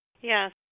Yes